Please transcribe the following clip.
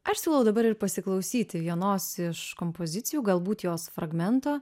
aš siūlau dabar ir pasiklausyti vienos iš kompozicijų galbūt jos fragmento